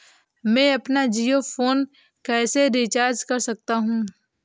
मैं अपना जियो फोन कैसे रिचार्ज कर सकता हूँ?